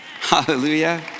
Hallelujah